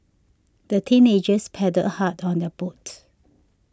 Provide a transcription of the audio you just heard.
the teenagers paddled hard on their boat